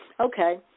Okay